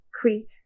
Crete